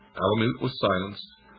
alamut was silenced,